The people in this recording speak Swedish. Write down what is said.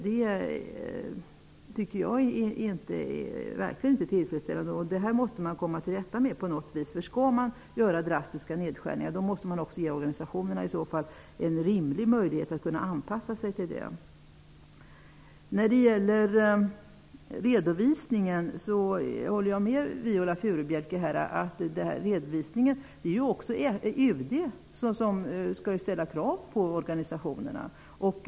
Detta måste man på något vis komma till rätta med. Om man skall göra drastiska nedskärningar måste man också ge organisationerna en rimlig möjlighet att kunna anpassa sig till det. Jag håller med Viola Furubjelke när det gäller redovisningen. UD skall ju ställa krav på organisationerna.